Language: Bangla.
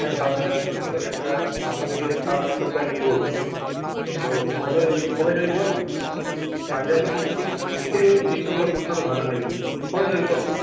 তাই ভাবছিলামই কয়েকদিন ধরে একটা ভালো দেখে শার্ট আর একটা প্যান্ট নিবোই তো ভালোই হইল তো কবে যাবি বল পাঞ্জাবী ওইটি নিলেই হল গ্রীষ্মকালে পরতে তো ভালো লাগে তো কবে যাবি বল